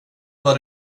var